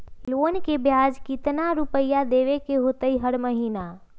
Loan के ब्याज कितना रुपैया देबे के होतइ हर महिना?